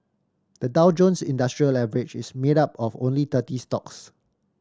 the Dow Jones Industrial Average is made up of only thirty stocks